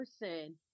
person